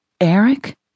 Eric